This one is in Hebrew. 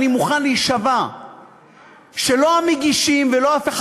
אני מוכן להישבע שלא המגישים ולא אף אחד